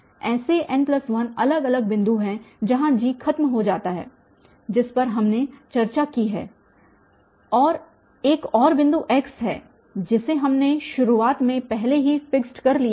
ऐसे n1 अलग अलग बिंदु हैं जहां G खत्म हो जाता है जिस पर हमने चर्चा की है और एक और बिंदु x है जिसे हमने शुरुआत में पहले ही फिक्स्ड कर लिया है